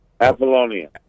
Apollonia